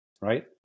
right